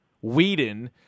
Whedon